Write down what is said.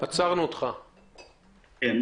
סעיף מספר 1. ברם,